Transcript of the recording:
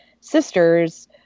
sisters